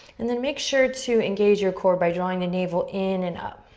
and then make sure to engage your core by drawing the navel in and up.